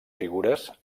figures